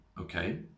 okay